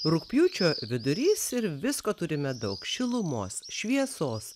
rugpjūčio vidurys ir visko turime daug šilumos šviesos